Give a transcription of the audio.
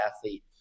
athlete